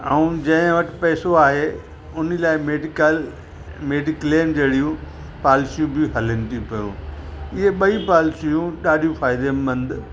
ऐं जंहिं वटि पैसो आहे उन लाइ मेडीकल मेडिक्लेम जहिड़ियूं पॉलसियूं बि हलनि थी पयूं इहे ॿई पॉलसियूं ॾाढियूं फ़ाइदेमंदि